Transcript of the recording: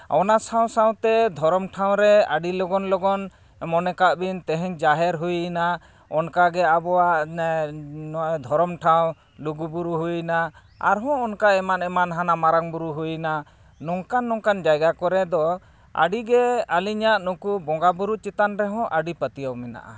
ᱚᱱᱟ ᱥᱟᱶ ᱥᱟᱶᱛᱮ ᱫᱷᱚᱨᱚᱢ ᱴᱷᱟᱶ ᱨᱮ ᱟᱹᱰᱤ ᱞᱚᱜᱚᱱ ᱞᱚᱜᱚᱱ ᱢᱚᱱᱮ ᱠᱟᱜ ᱵᱤᱱ ᱛᱮᱦᱮᱧ ᱡᱟᱦᱮᱨ ᱦᱩᱭᱱᱟ ᱚᱱᱠᱟ ᱜᱮ ᱟᱵᱚᱣᱟᱜ ᱱᱚᱣᱟ ᱫᱷᱚᱨᱚᱢ ᱴᱷᱟᱶ ᱞᱩᱜᱩ ᱵᱩᱨᱩ ᱦᱩᱭᱱᱟ ᱟᱨ ᱦᱚᱸ ᱮᱢᱟᱱ ᱮᱢᱟᱱ ᱦᱟᱱᱮ ᱢᱟᱨᱟᱝ ᱵᱩᱨᱩ ᱦᱩᱭᱱᱟ ᱱᱚᱝᱠᱟᱱ ᱱᱚᱝᱠᱟᱱ ᱡᱟᱭᱜᱟ ᱠᱚᱨᱮ ᱫᱚ ᱟᱹᱰᱤ ᱜᱮ ᱟᱹᱞᱤᱧᱟᱜ ᱱᱩᱠᱩ ᱵᱚᱸᱜᱟᱼᱵᱩᱨᱩ ᱪᱮᱛᱟᱱ ᱨᱮᱦᱚᱸ ᱟᱹᱰᱤ ᱯᱟᱹᱛᱤᱭᱟᱹᱣ ᱢᱮᱱᱟᱜᱼᱟ